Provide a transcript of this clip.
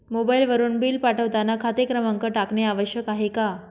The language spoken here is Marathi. मोबाईलवरून बिल पाठवताना खाते क्रमांक टाकणे आवश्यक आहे का?